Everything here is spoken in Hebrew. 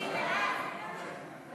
סעיף 2